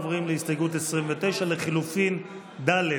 עוברים להסתייגות 29 לחלופין ג'